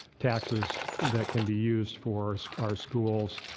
taxes that can be used for our schools,